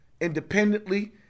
independently